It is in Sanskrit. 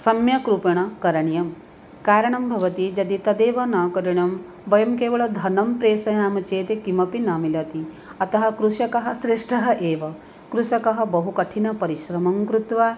सम्यक् रूपेण करणीयं कारणं भवति यदि तदेव न करणं वयं केवलं धनं प्रेषयामः चेत् किमपि न मिलति अतः कृषकः श्रेष्ठः एव कृषकः बहुकठिनपरिश्रमं कृत्वा